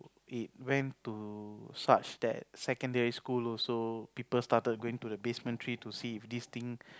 it went to such that secondary school also people started going to the basement three to see if this thing